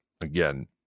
Again